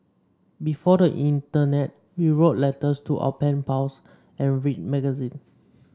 before the internet we wrote letters to our pen pals and read magazine